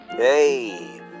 Hey